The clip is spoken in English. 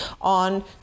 on